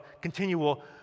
continual